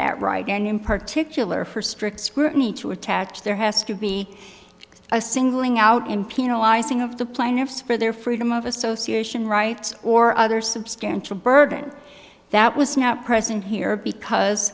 that right and in particular for strict scrutiny to attach there has to be a singling out in penalizing of the plaintiffs for their freedom of association rights or other substantial burden that was not present here because